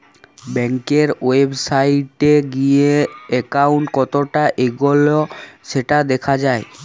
ব্যাংকের ওয়েবসাইটে গিএ একাউন্ট কতটা এগল্য সেটা দ্যাখা যায়